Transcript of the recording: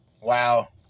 Wow